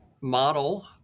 model